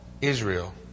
Israel